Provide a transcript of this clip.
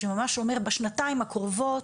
שממש אומר שבשנתיים הקרובות